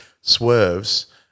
swerves